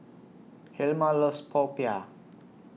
Hilma loves Popiah